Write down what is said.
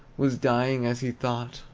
was dying as he thought,